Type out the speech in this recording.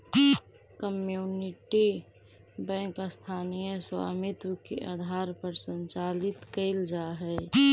community bank स्थानीय स्वामित्व के आधार पर संचालित कैल जा हइ